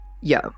Yo